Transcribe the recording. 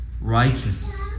Righteous